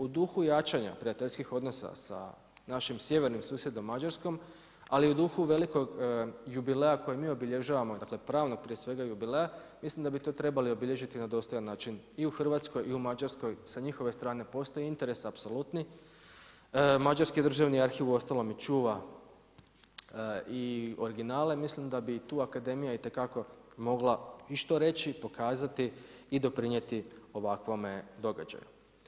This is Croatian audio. U duhu jačanja prijateljskih odnosa sa našim sjevernim susjedom, Mađarskom, ali u duhu velikog jubileja koji mi obilježavamo, dakle pravno prije svega jubileja, mislim da bi to trebali obilježiti na dostojan način i u Hrvatskoj i u Mađarskoj, sa njihove strane postoji interes apsolutni, mađarski Državni arhiv uostalom i čuva i originale, mislim da bi tu akademija itekako mogla i što reći, i pokazati i doprinijeti ovakvome događaju.